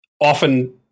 often